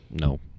No